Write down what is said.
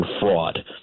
fraud